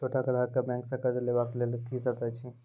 छोट ग्राहक कअ बैंक सऽ कर्ज लेवाक लेल की सर्त अछि?